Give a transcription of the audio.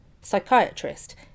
Psychiatrist